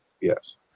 Yes